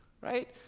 right